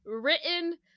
written